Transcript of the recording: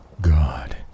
God